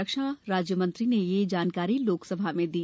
रक्षा राज्य मंत्री ने यह जानकारी लोकसभा में दी